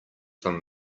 from